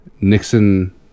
Nixon